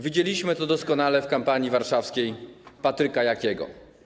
Widzieliśmy to doskonale w kampanii warszawskiej Patryka Jakiego.